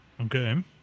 Okay